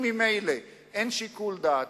אם ממילא אין שיקול דעת,